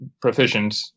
proficient